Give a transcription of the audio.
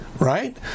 right